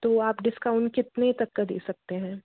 तो आप डिस्काउंट कितने तक का दे सकते हैं